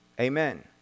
Amen